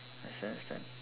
understand understand